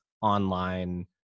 online